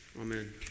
Amen